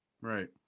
right